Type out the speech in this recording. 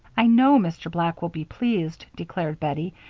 i know mr. black will be pleased, declared bettie,